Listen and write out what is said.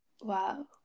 Wow